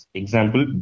example